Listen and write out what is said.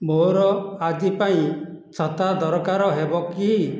ମୋର ଆଜି ପାଇଁ ଛତା ଦରକାର ହେବ କି